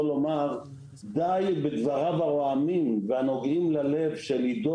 לומר שדיי בדבריו הרועמים והנוגעים ללב של עידו